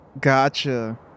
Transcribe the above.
gotcha